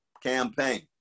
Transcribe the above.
campaign